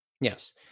Yes